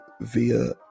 via